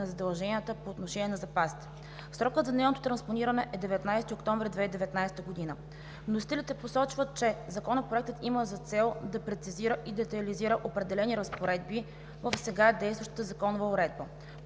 на задълженията по отношение на запасите. Срокът за нейното транспониране е 19 октомври 2019 г. Вносителите посочват, че Законопроектът има за цел да прецизира и детайлизира определени разпоредби в сега действащата законова уредба,